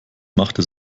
machte